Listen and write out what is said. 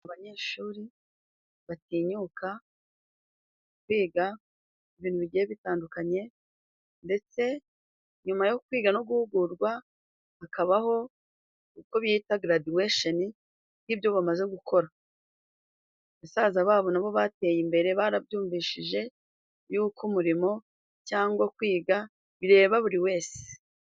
Abanyeshuri batinyuka kwiga ibintu bigiye bitandukanye, ndetse nyuma yo kwiga no guhugurwa hakabaho uko bita gradiwesheni y'ibyo bamaze gukora. Basaza babo nabo bateye imbere barabyumvishije y'uko umurimo cyangwa kwiga bireba buri wese.